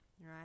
right